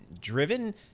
driven